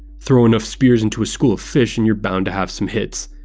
throw enough spears into a school of fish and you're bound to have some hits.